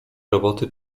roboty